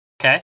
Okay